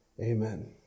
amen